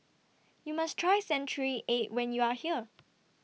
YOU must Try Century Egg when YOU Are here